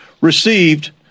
received